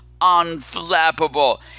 unflappable